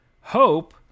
Hope